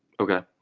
okay.